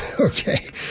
Okay